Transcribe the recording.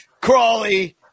Crawley